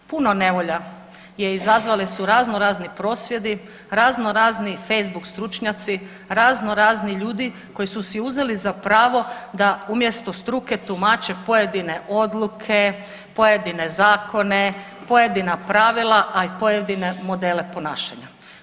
Puno nevolja je izazvali su raznorazni prosvjedi, raznorazni facebook stručnjaci, raznorazni ljudi koji su si uzeli za pravo da umjesto struke tumače pojedine odluke, pojedine zakone, pojedina pravila, a i pojedine modele ponašanja.